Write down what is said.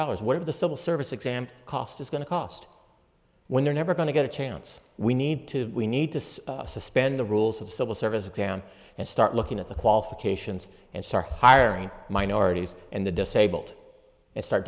dollars worth of the civil service exam cost is going to cost when they're never going to get a chance we need to we need to suspend the rules of civil service exam and start looking at the qualifications and star hiring minorities and the disabled and start